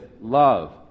love